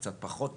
קצת פחות טוב,